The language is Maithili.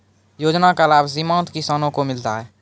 योजना का लाभ सीमांत किसानों को मिलता हैं?